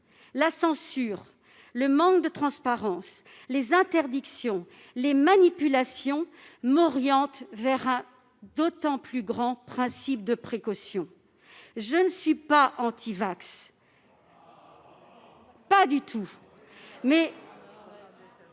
La censure, le manque de transparence, les interdictions, les manipulations m'orientent vraiment vers le respect d'un principe de précaution. Je ne suis pas antivax. Pas du tout